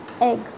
egg